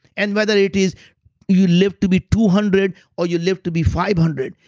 and whether it is you live to be two hundred or you live to be five hundred,